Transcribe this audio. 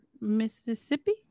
mississippi